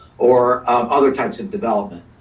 or other types of development.